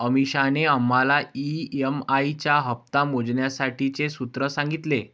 अमीषाने आम्हाला ई.एम.आई चा हप्ता मोजण्यासाठीचे सूत्र सांगितले